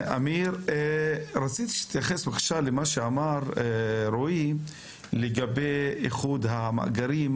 אני רוצה שתתייחס בבקשה למה שאמר רועי לגבי איחוד המאגרים.